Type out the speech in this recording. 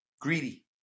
greedy